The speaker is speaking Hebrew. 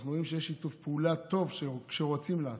אנחנו רואים שיש שיתוף פעולה טוב כשרוצים לעשות.